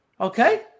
Okay